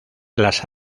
las